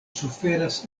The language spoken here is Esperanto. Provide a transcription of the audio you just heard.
suferas